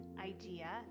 idea